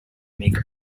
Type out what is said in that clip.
make